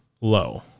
low